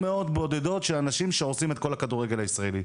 בודדות שלאנשים שהורסים את כל הכדורגל הישראלי.